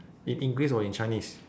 in english or in chinese